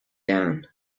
down